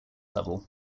level